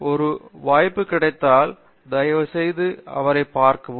எனவே ஒரு வாய்ப்பு கிடைத்தால் தயவுசெய்து அவரைப் பார்க்கவும்